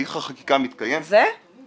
הליך החקיקה מתקיים -- איזה הליך חקיקה, הזה?